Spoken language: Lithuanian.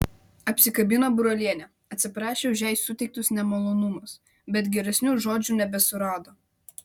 apsikabino brolienę atsiprašė už jai suteiktus nemalonumus bet geresnių žodžių nebesurado